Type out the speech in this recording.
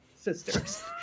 sisters